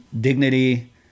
dignity